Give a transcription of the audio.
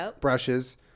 brushes